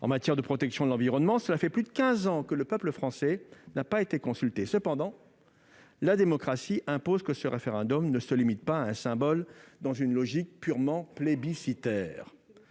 en matière de protection de l'environnement. Cela fait plus de 15 ans que le peuple français n'a pas été consulté. Cependant, la démocratie impose que ce référendum ne se réduise pas à un symbole dans une logique purement plébiscitaire.